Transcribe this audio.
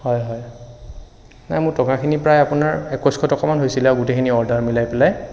হয় হ য় নাই মোৰ টকাখিনি প্ৰায় আপোনাৰ একৈছশ টকামান হৈছিলে গোটেইখিনি অৰ্ডাৰ মিলাই পেলাই